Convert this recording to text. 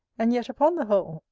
and yet, upon the whole,